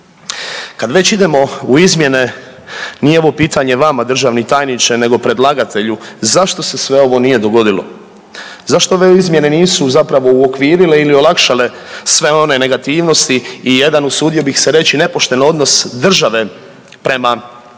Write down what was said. Kad već idemo u izmjene nije ovo pitanje vama državni tajniče nego predlagatelju, zašto se sve ovo nije dogodilo? Zašto ove izmjene nisu zapravo uokvirile ili olakšale sve one negativnosti i jedan usudio bih se reći nepošten odnos države prema